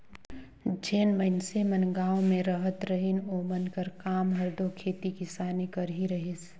जेन मइनसे मन गाँव में रहत रहिन ओमन कर काम हर दो खेती किसानी कर ही रहिस